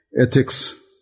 ethics